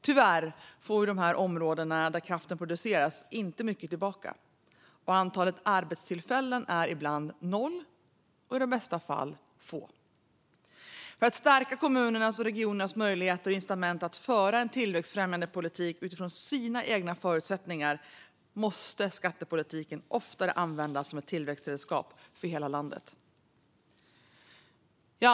Tyvärr får områdena där kraften produceras inte mycket tillbaka. Antalet arbetstillfällen är ibland noll och i bästa fall få. För att stärka kommunernas och regionernas möjligheter och incitament att föra tillväxtfrämjande politik utifrån sina egna förutsättningar måste skattepolitiken oftare användas som ett tillväxtredskap för hela landet.